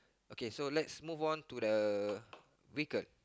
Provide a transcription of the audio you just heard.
okay so let's move on to the vehicle